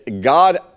God